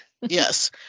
Yes